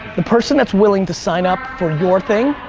the person that's willing to sign up for your thing,